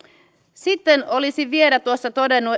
sitten olisin vielä todennut